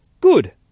Good